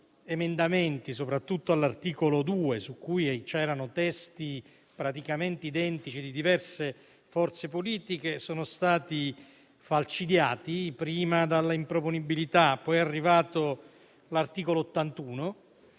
emendamenti, soprattutto all'articolo 2, su cui sono stati presentati testi praticamente identici da diverse forze politiche, sono stati falcidiati, prima dalla improponibilità e poi ai sensi dell'articolo 81